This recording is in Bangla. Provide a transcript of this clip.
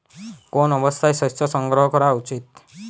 কোন অবস্থায় শস্য সংগ্রহ করা উচিৎ?